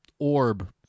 orb